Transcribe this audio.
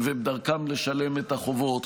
ודרכם לשלם את החובות.